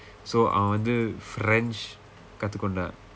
so அவன் வந்து:avan vandthu french கற்றுக்கொண்டான்:karrukkondaan